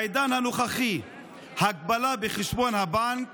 בעידן הנוכחי הגבלה בחשבון הבנק